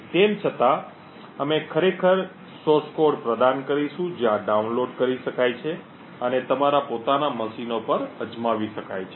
તેમ છતાં અમે ખરેખર સ્રોત કોડ પ્રદાન કરીશું જે ડાઉનલોડ કરી શકાય છે અને તમારા પોતાના મશીનો પર અજમાવી શકાય છે